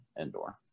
Indoor